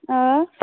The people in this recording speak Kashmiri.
آ